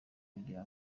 kugira